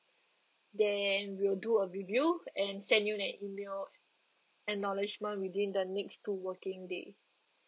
then we'll do a review and send you an email acknowledgement within the next two working day